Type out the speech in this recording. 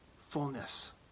fullness